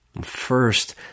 First